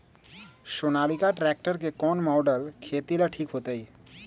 Sonalika tractor के कौन model खेती ला ठीक होतै?